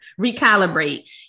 recalibrate